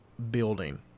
building